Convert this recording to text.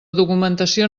documentació